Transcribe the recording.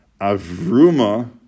Avruma